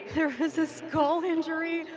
there was a skull injury,